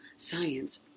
science